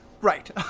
Right